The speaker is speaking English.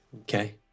Okay